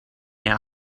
our